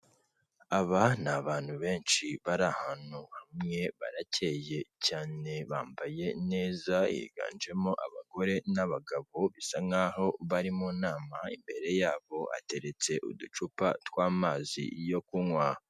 Aba ni abantu benshi bari ahantu hamwe, barakeye cyane, bambaye neza, higanjemo abagore n'abagabo bisa nk'aho bari mu nama, imbere yabo ateretse uducupa tw'amazi yo kunywa.